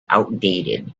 outdated